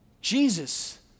Jesus